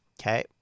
Okay